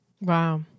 Wow